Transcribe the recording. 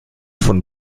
von